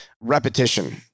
Repetition